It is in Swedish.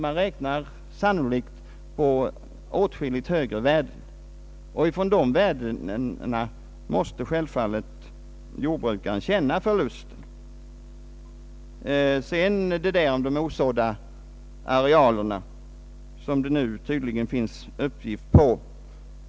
Man räknar med åtskilligt högre värden, och från dessa värden måste jordbrukarna självfallet känna förlusten. Vidare har vi frågan om de osådda arealerna, som det nu tydligen finns uppgift om.